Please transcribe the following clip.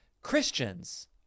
Christians